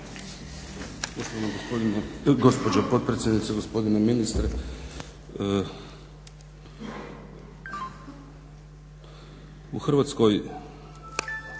u Hrvatskoj